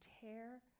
tear